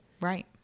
Right